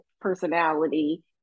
personality